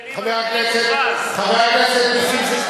שהמסתננים עברו למופז.